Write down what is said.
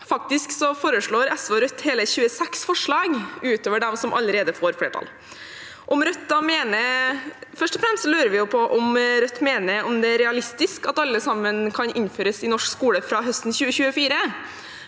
Faktisk kommer SV og Rødt med hele 26 forslag utover de som allerede får flertall. Først og fremst lurer vi på om Rødt mener det er realistisk at alle sammen kan innføres i norsk skole fra høsten 2024.